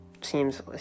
seems